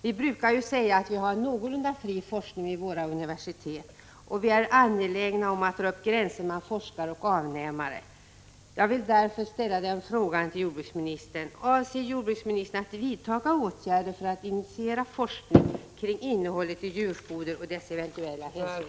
Vi brukar säga att vi har någorlunda fri forskning vid våra universitet, och vi är angelägna om att dra upp gränser mellan forskare och avnämare.